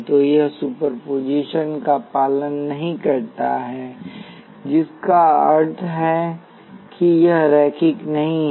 तो यह सुपरपोजिशन का पालन नहीं करता है जिसका अर्थ है कि यह रैखिक नहीं है